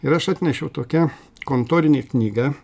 ir aš atnešiau tokią kontorinė knyga